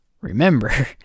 remember